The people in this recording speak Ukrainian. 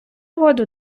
воду